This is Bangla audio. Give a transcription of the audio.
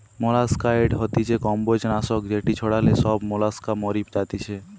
মোলাস্কাসাইড হতিছে কম্বোজ নাশক যেটি ছড়ালে সব মোলাস্কা মরি যাতিছে